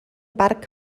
parc